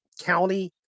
county